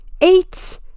Eight